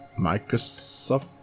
Microsoft